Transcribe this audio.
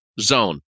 zone